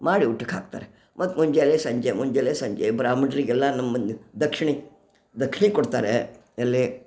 ಮಾಡಿ ಊಟಕ್ಕೆ ಹಾಕ್ತಾರೆ ಮತ್ತೆ ಮುಂಜಾಲೆ ಸಂಜೆ ಮುಂಜಾಲೆ ಸಂಜೆ ಬ್ರಾಹ್ಮಣ್ರಿಗೆಲ್ಲ ನಮ್ಮಲ್ಲಿ ದಕ್ಷಿಣೆ ದಕ್ಷಿಣೆ ಕೊಡ್ತಾರೆ ಎಲ್ಲಿ